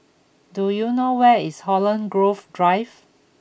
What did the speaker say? do you know where is Holland Grove Drive